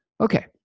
Okay